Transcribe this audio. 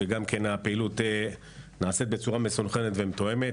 שגם כן הפעילות נעשית בצורה מסונכרנת ומתואמת.